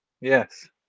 Yes